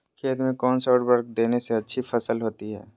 खेत में कौन सा उर्वरक देने से अच्छी फसल होती है?